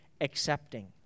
accepting